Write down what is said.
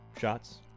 shots